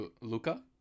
Luca